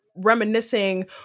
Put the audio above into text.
reminiscing